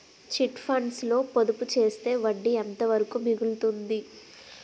Chit funds లో పొదుపు చేస్తే వడ్డీ ఎంత వరకు మిగులుతుంది?